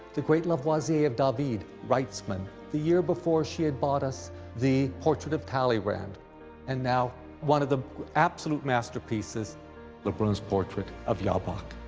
the great lavoisier david, wrightsman, the year before she had bought us the portrait of talleyrand and now one of the absolute masterpieces le brun's portrait of jabach.